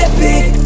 Epic